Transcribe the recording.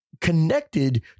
connected